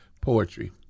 poetry